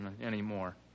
anymore